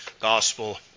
Gospel